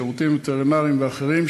שירותים וטרינריים ואחרים,